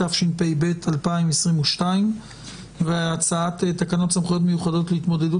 התשפ"ב 2022 2. הצעת תקנות סמכויות מיוחדות להתמודדות